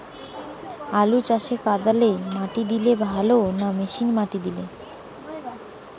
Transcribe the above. আলু চাষে কদালে মাটি দিলে ভালো না মেশিনে মাটি দিলে?